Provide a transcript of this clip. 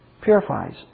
purifies